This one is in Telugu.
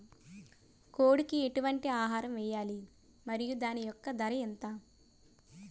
కోడి కి ఎటువంటి ఆహారం వేయాలి? మరియు దాని యెక్క ధర ఎంత?